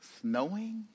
snowing